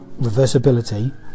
reversibility